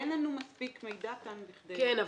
אין לנו מספיק מידע כאן בכדי -- כן,